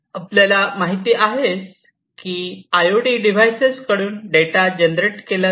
आपल्याला माहिती आहेच की आय ओ टी डिव्हाइसेस कडून डेटा जनरेट केला जातो